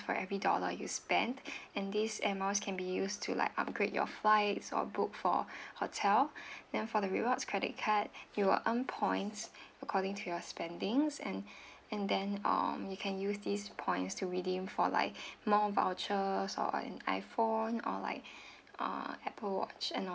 for every dollar you spent and these air miles can be used to like upgrade your flights or book for hotel then for the rewards credit card you will earn points according to your spendings and and then um you can use these points to redeem for like mall voucher or an iphone or like uh apple watch and all